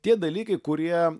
tie dalykai kurie